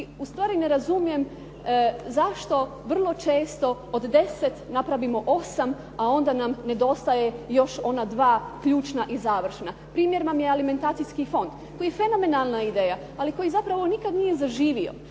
Ustvari ne razumijem zašto vrlo često od 10 napravimo 8 a onda nam nedostaje još ona dva ključna i završna. Primjer vam je alimentacijski fon koji je fenomenalna ideja ali koji zapravo nikada nije zaživio.